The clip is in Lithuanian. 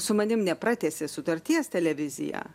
su manim nepratęsė sutarties televizija